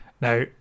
Now